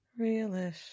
Realish